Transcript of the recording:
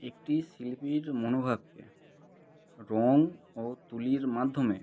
একটি শিল্পীর মনোভাবকে রঙ ও তুলির মাধ্যমে